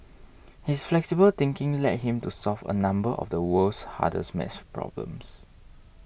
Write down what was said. his flexible thinking led him to solve a number of the world's hardest math problems